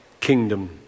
Kingdom